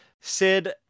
Sid